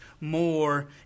more